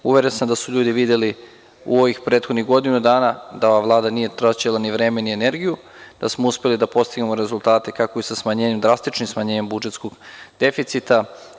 Uveren sam da su ljudi videli u ovih prethodnih godinu dana da ova Vlada nije traćila ni vreme ni energiju, da smo uspeli da postignemo rezultate kako sa drastičnim smanjenjem budžetskog deficita.